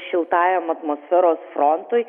šiltajam atmosferos frontui